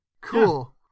Cool